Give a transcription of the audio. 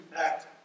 act